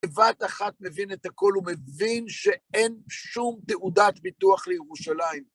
בבת אחת מבין את הכל, הוא מבין שאין שום תעודת ביטוח לירושלים.